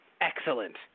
Excellent